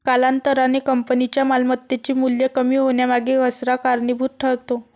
कालांतराने कंपनीच्या मालमत्तेचे मूल्य कमी होण्यामागे घसारा कारणीभूत ठरतो